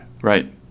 right